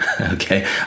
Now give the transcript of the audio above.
Okay